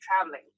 traveling